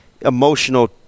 emotional